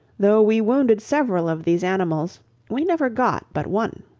though we wounded several of these animals we never got but one.